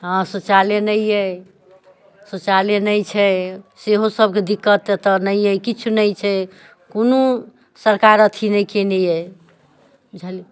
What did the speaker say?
हँ शौचालय नहि अइ शौचालय नहि छै सेहो सबके दिक्कत एतऽ नहि अइ किछु नहि छै कोनो सरकार अथी नहि केने यऽ बुझलियै